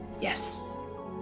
Yes